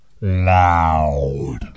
loud